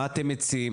מה אתם מציעים?